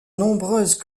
nombreuses